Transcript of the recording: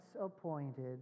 appointed